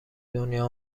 دنیا